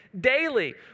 daily